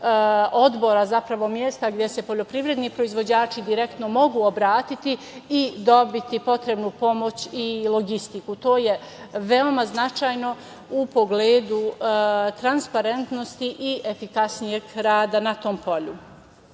odbora, zapravo mesta gde se poljoprivredni proizvođači direktno mogu obratiti i dobiti potrebnu pomoć i logistiku. To je veoma značajno u pogledu transparentnosti i efikasnijeg rada na tom polju.